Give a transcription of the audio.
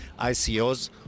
ICOs